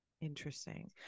interesting